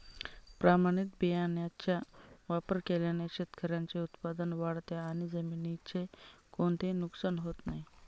प्रमाणित बियाण्यांचा वापर केल्याने शेतकऱ्याचे उत्पादन वाढते आणि जमिनीचे कोणतेही नुकसान होत नाही